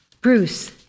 Bruce